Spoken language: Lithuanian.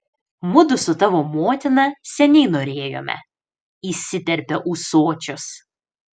mudu su tavo motina seniai norėjome įsiterpia ūsočius